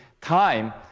time